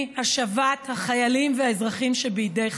מהשבת החיילים והאזרחים שבידי חמאס.